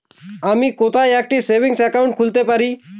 আমি কোথায় একটি সেভিংস অ্যাকাউন্ট খুলতে পারি?